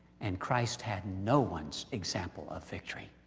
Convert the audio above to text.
and christ had no one's example of victory,